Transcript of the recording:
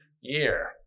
year